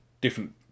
different